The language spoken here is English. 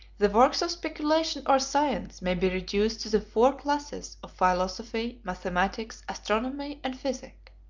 the works of speculation or science may be reduced to the four classes of philosophy, mathematics, astronomy, and physic.